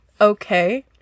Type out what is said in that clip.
okay